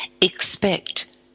expect